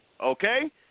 okay